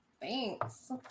Thanks